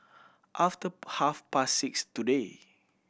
after half past six today